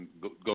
go